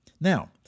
Now